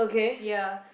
ya